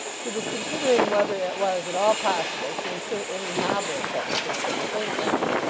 he was considering whether it was at all possible to insert any novel sentences to the same purpose,